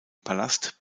palast